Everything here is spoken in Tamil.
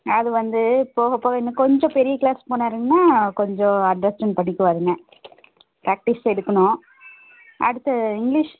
அதுவந்து போக போக இன்னும் கொஞ்சம் பெரிய கிளாஸ் போனாருங்கனா கொஞ்சம் அண்டர்ஸ்டேண்ட் பண்ணிக்குவாருங்க பிராக்டிஸ் எடுக்கணும் அடுத்தது இங்கிலீஷ்